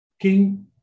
King